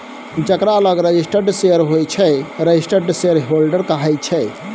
जकरा लग registered share होइ छै रजिस्टर्ड शेयरहोल्डर कहाइ छै